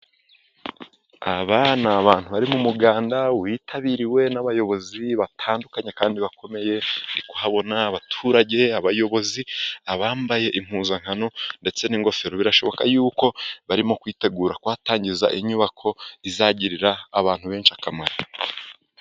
Aba ni abantu bari mu muganda, witabiriwe n'abayobozi batandukanye kandi bakomeye. Ndi kuhabona abaturage, abayobozi bambaye impuzankano ndetse n'ingofero. Birashoboka yuko barimo kwitegura kuhatangiza inyubako izagirira abantu benshi akamaro.